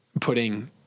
putting